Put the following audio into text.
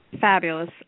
Fabulous